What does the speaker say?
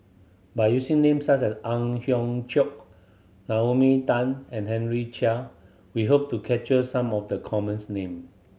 by using names such as Ang Hiong Chiok Naomi Tan and Henry Chia we hope to capture some of the commons name